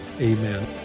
Amen